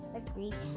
agreed